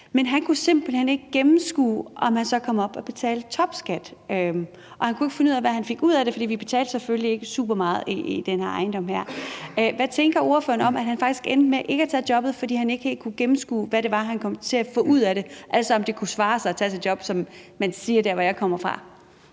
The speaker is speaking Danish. Men han kunne simpelt hen ikke gennemskue, om han så ville komme op på at skulle betale topskat, og han kunne ikke finde ud af, hvad han fik ud af det, for vi betalte selvfølgelig ikke supermeget i den her ejendom. Hvad tænker ordføreren om, at han faktisk endte med ikke at tage jobbet, fordi han ikke helt kunne gennemskue, hvad det var, han kom til at få ud af det, altså om det kunne svare sig at tage det job, som man siger der, hvor jeg kommer fra?